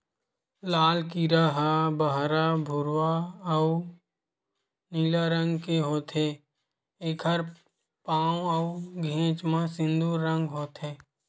लाल कीरा ह बहरा भूरवा अउ नीला रंग के होथे, एखर पांव अउ घेंच म सिंदूर रंग होथे